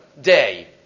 day